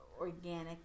organic